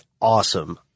awesome